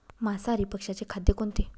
मांसाहारी पक्ष्याचे खाद्य कोणते?